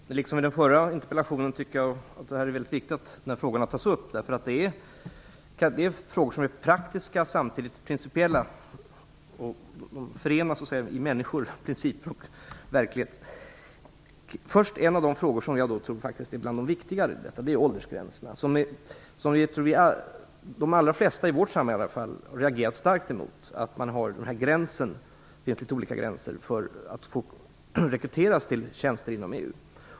Fru talman! Liksom i den förra interpellationsdebatten tycker jag att det är väldigt viktigt att dessa frågor tas upp. Det är frågor som är praktiska och samtidigt principiella. De förenar i människor princip och verklighet. Först till en av de frågor som jag tror är en av de viktigare, och den gäller åldersgränserna. Jag tror att de allra flesta, åtminstone i vårt samhälle, har reagerat starkt emot att man har olika gränser för att rekryteras till tjänster inom EU.